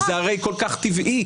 זה הרי כל כך טבעי.